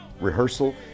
rehearsal